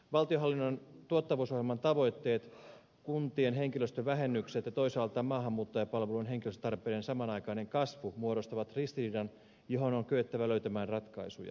valtionhallinnon tuottavuusohjelman tavoitteet kuntien henkilöstövähennykset ja toisaalta maahanmuuttajapalveluiden henkilöstötarpeiden samanaikainen kasvu muodostavat ristiriidan johon on kyettävä löytämään ratkaisuja